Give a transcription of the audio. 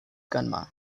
gunma